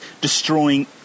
destroying